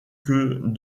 que